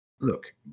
Look